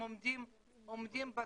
הם עומדים בתור.